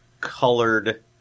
colored